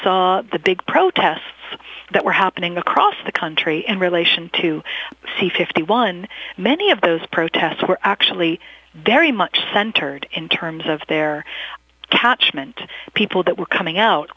saw the big protests that were happening across the country and relation to see fifty one many of those protests were actually very much centered in terms of their catchment people that were coming out